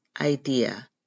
idea